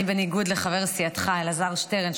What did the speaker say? אני בניגוד לחבר סיעתך אלעזר שטרן,